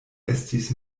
estis